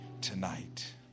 tonight